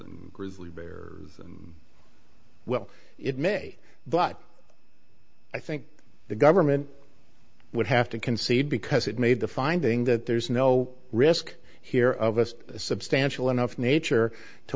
and grizzly bear well it may but i think the government would have to concede because it made the finding that there's no risk here of us a substantial enough nature to